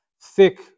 thick